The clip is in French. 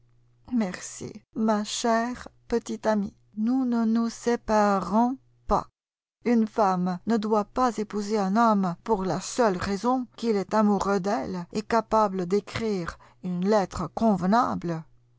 merci ma chère petite amie nous ne nous séparerons pas une femme ne doit pas épouser un homme pour la seule raison qu'il est amoureux d'elle et capable d'écrire une lettre convenable